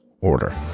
order